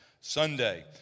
Sunday